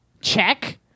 Check